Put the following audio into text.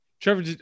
Trevor